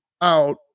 out